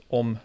om